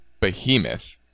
behemoth